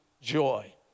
joy